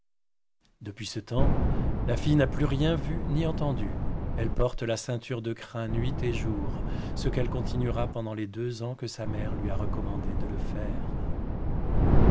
depuis ce tems la fille n'a plus rien vu ni entendu elle porte la ceinture de crin nuit et jour ce qu'elle continuera pendant les deux ans que sa mère lui a recommandé de le faire